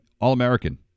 All-American